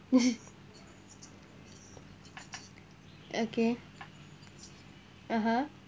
okay uh (huh)